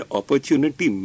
opportunity